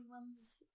ones